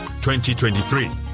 2023